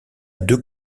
deux